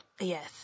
yes